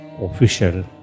official